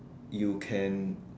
you can